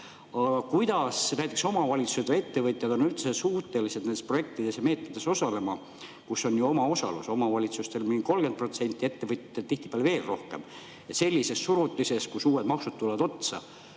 kuidas näiteks omavalitsused ja ettevõtjad on üldse suutelised osalema nendes projektides ja meetmetes, kus on ju omaosalus? Omavalitsustel on umbes 30%, ettevõtjatel tihtipeale veel rohkem. Sellises surutises, kus uued maksud tulevad otsa,